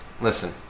Listen